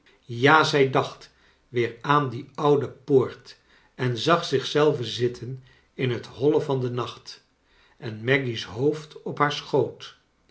ja zij dacht weer aan die oude poort en zag zich zelve zitten in het holle van den nacht en maggy's hoofd op haar schoot